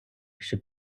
щоб